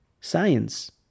science